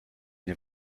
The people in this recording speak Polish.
nie